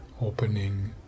opening